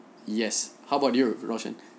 yes how about you rocient